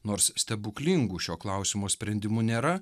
nors stebuklingų šio klausimo sprendimų nėra